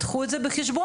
קחו את זה בחשבון.